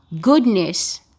goodness